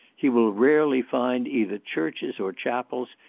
he will rarely find either churches or chapels,